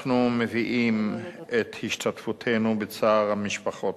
אנחנו מביעים את השתתפותנו בצער המשפחות.